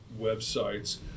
websites